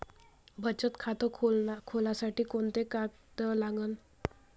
बचत खात खोलासाठी कोंते कागद लागन?